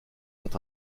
ont